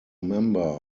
member